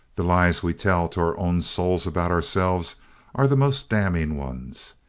the lies we tell to our own souls about ourselves are the most damning ones,